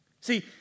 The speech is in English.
See